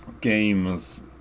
games